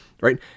right